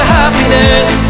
happiness